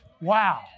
wow